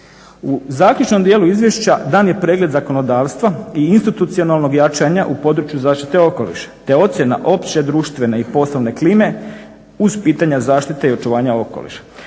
U zaključnom dijelu izvješća dan je pregled zakonodavstva i institucionalnog jačanja u području zaštite okoliša te ocjena opće društvene i poslovne klime uz pitanja zaštite i očuvanja okoliša.